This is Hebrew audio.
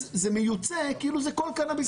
אז זה מיוצא כאילו זה כל קנאביס אחר.